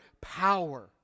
power